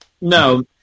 No